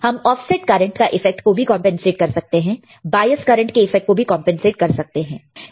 हम offset current का effect को भी कंपनसेट कर सकते हैं बायस करंट के इफेक्ट को भी कंपनसेट कर सकते हैं